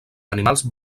animals